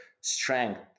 strength